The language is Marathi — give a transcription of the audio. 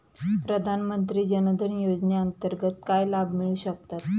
प्रधानमंत्री जनधन योजनेअंतर्गत काय लाभ मिळू शकतात?